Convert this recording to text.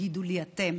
תגידו לי אתם